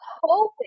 Hoping